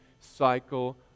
cycle